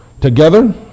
together